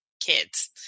kids